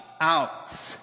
out